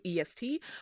EST